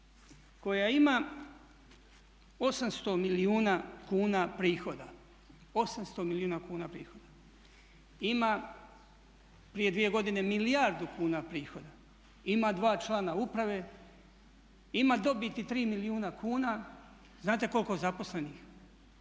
koja ima 800 milijuna kuna prihoda, ima prije dvije godine milijardu kuna prihoda, ima dva člana uprave i ima dobiti 3 milijuna kuna. Znate koliko zaposlenih?